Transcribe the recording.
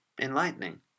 enlightening